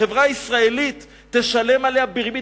החברה הישראלית תשלם עליה בריבית.